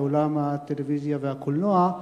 בעולם הטלוויזיה והקולנוע.